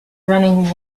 running